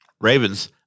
Ravens